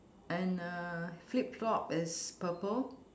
and uh flip flop is purple